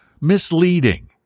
misleading